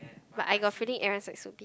but I got feeling like everyone's so bu~